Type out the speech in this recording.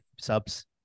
subs